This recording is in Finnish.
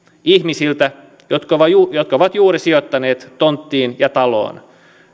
ihmisiltä jotka ovat juuri sijoittaneet tonttiin ja taloon